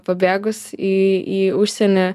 pabėgus į į užsienį